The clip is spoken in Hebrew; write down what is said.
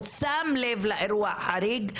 או שם לב לאירוע החריג,